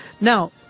Now